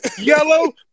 yellow